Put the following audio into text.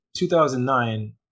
2009